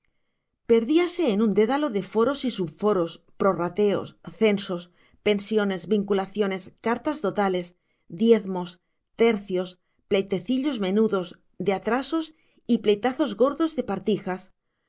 perdíase en un dédalo de foros y subforos prorrateos censos pensiones vinculaciones cartas dotales diezmos tercios pleitecillos menudos de atrasos y pleitazos gordos de partijas